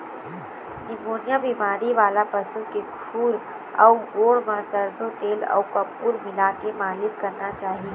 pneumonia बेमारी वाला पशु के खूर अउ गोड़ म सरसो तेल अउ कपूर मिलाके मालिस करना चाही